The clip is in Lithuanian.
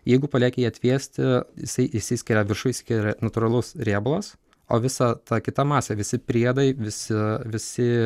jeigu palieki jį atvėsti jisai išsiskiria viršuj skiria natūralus riebalas o visa ta kita masė visi priedai visi visi